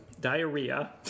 diarrhea